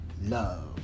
love